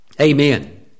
amen